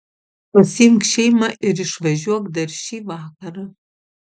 pasiimk šeimą ir išvažiuok dar šį vakarą